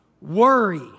Worry